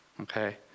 Okay